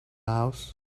house